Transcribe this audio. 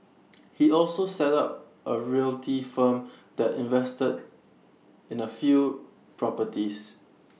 he also set up A realty firm that invested in A few properties